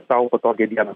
sau patogią dieną